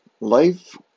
Life